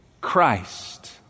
christ